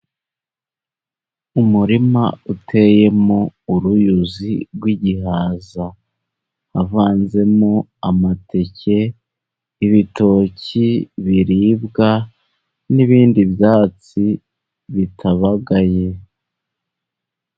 Umurima uteyemo uruyuzi rw'igihaza, havanzemo amateke, ibitoki biribwa, n'ibindi byatsi bitabagaye.